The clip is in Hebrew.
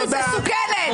זה שני דברים שונים.